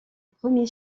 premier